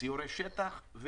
סיורי שטח.